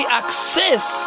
access